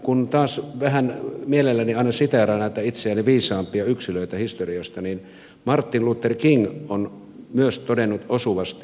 kun taas vähän mielelläni aina siteeraan näitä itseäni viisaampia yksilöitä historiasta niin martin luther king on myös todennut osuvasti